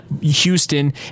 Houston